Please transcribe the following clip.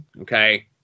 okay